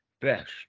best